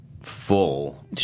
full